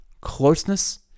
closeness